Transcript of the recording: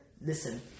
listen